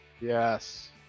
Yes